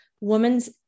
woman's